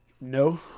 No